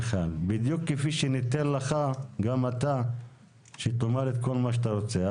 בדיוק כפי שניתן גם לך שתאמר את כל מה שאתה רוצה.